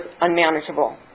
unmanageable